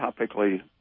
topically